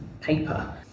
paper